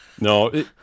No